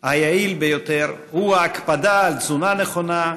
היעיל ביותר הוא ההקפדה על תזונה נכונה,